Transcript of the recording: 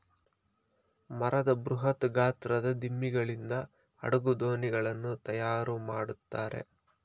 ಮರದ ಬೃಹತ್ ಗಾತ್ರದ ದಿಮ್ಮಿಗಳಿಂದ ಹಡಗು, ದೋಣಿಗಳನ್ನು ತಯಾರು ಮಾಡುತ್ತಾರೆ